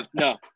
No